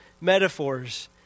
metaphors